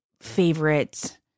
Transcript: favorite